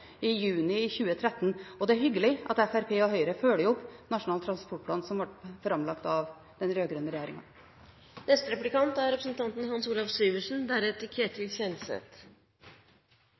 i juni 2013. Det er hyggelig at Fremskrittspartiet og Høyre følger opp Nasjonal transportplan, som ble framlagt av den rød-grønne regjeringen. Jeg har lyttet både til det representanten